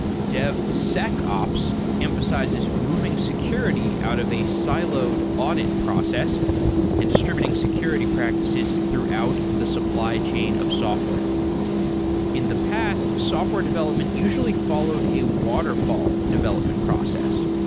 devsecops emphasizes moving security out of a siloed audit process and distributing security practices throughout the supply chain of software in the past, software development usually followed a waterfall development process.